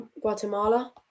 Guatemala